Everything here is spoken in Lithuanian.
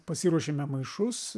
pasiruošėme maišus